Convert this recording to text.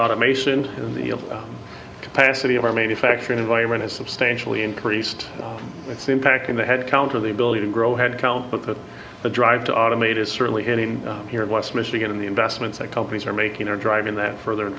automation in the capacity of our manufacturing environment is substantially increased it's impacting the headcount and the ability to grow headcount but that the drive to automate is certainly hitting here in west michigan and the investments that companies are making are driving that further and